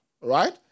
right